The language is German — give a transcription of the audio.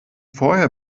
vorher